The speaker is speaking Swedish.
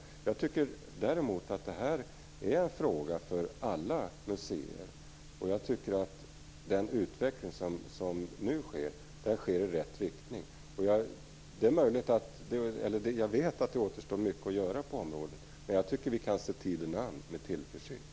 Däremot tycker jag att det här är en fråga för alla museer. Den utveckling som nu sker går i rätt riktning. Jag vet att det återstår mycket att göra på området, men vi kan se tiden an med tillförsikt.